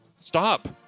stop